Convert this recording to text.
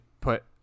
put